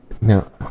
now